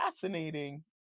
fascinating